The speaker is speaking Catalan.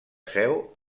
seu